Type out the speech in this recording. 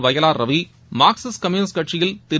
Vayalar Ravi Marxist communist கட்சியில் திரு